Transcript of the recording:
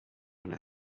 one